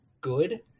good